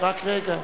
------ רק רגע.